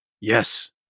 Yes